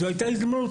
זו הייתה הזדמנות,